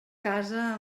casa